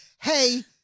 Hey